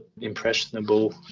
impressionable